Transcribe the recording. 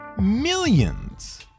millions